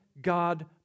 God